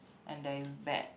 and there is bad